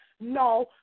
no